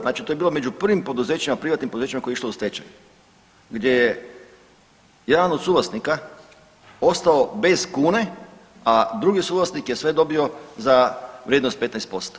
Znači to je bilo među prvim poduzećima, privatnim poduzećima koje je išlo u stečaj gdje je jedan od suvlasnika ostao bez kune, a drugi suvlasnik je sve dobio za vrijednost 15%